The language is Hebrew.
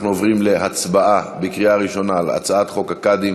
אנחנו עוברים להצבעה בקריאה ראשונה על הצעת חוק הקאדים